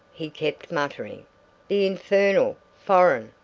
he kept muttering the infernal, foreign,